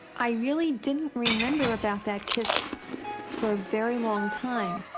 i really didn't remember about that kiss for a very long time.